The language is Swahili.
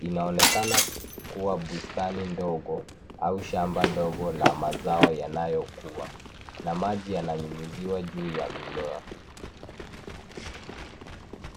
Inaonekana kuwa bustani ndogo au shamba dogo la mazao yanayokua na maji yananyinyiziwa juu ya mimea.